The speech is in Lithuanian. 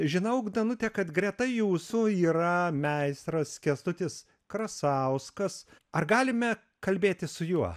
žinau danute kad greta jūsų yra meistras kęstutis krasauskas ar galime kalbėti su juo